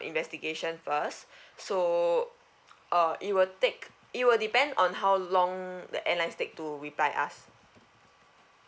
investigation first so uh it will take it will depend on how long the airlines take to reply us